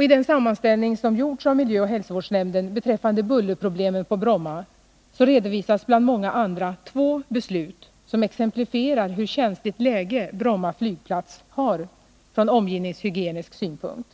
I den sammanställning som gjorts av miljöoch hälsovårdsnämnden beträffande bullerproblemen på Bromma redovisas bland många andra två beslut som exemplifierar hur känsligt läge Bromma flygplats har från omgivningshygienisk synpunkt.